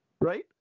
right